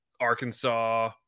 Arkansas